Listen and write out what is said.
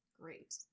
great